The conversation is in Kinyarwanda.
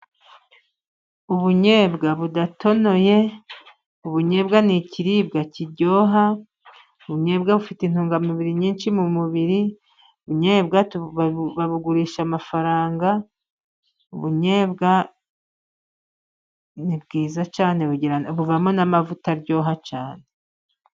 Ubunyebwa budatonoye, ubunyebwa ni ikiribwa kiryoha, ubunyebwa bufite intungamubiri nyinshi mu mubiri, ubunyebwa babugurisha amafaranga, ubunyebwa ni bwiza cyane, buvamo n'amavuta aryoha cyane.